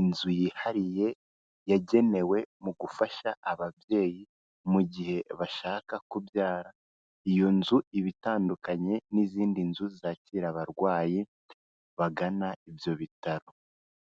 inzu yihariye yagenewe mu gufasha ababyeyi mu gihe bashaka kubyara, iyo nzu iba itandukanye n'izindi nzu zakira abarwayi bagana ibyo bitaro.